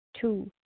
Two